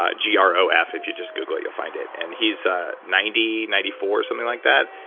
ah g r o f, if you just google it you'll find it. and he's ah ninety, ninety four, something like that.